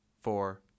four